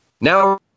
Now